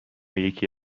یکی